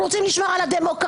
ואנחנו רוצים לשמור על הדמוקרטיה,